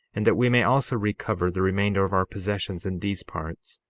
and that we may also recover the remainder of our possessions in these parts,